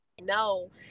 No